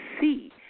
see